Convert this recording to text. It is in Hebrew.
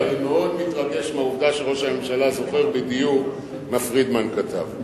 אבל אני מאוד מתרגש מהעובדה שראש הממשלה זוכר בדיוק מה פרידמן כתב.